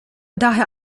daher